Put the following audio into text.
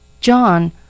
John